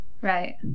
right